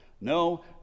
No